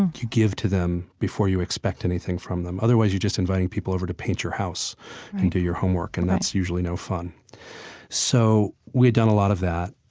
and you give to them before you expect anything from them. otherwise you're just inviting people over to paint your house and do your homework, and that's usually no fun so we had done a lot of that.